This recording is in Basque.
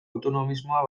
autonomismoa